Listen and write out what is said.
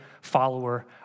follower